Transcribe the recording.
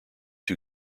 two